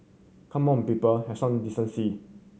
come on people have some decency